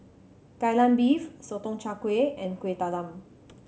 Kai Lan Beef Sotong Char Kway and Kueh Talam